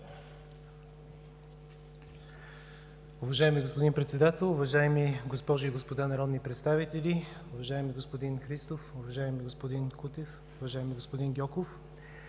Уважаеми господин Председател, уважаеми госпожи и господа народни представители, уважаеми господин Христов, уважаеми господин Кутев, уважаеми господин Гьоков!